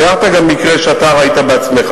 אתה תיארת גם מקרה שאתה ראית בעצמך.